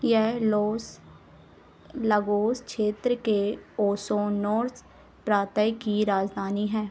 यह Los Lagos क्षेत्र के ओसोर्नोज़ प्रांत की राजधानी है